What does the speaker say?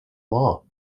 law